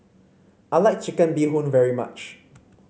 I like Chicken Bee Hoon very much